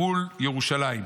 מול ירושלים.